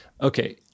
Okay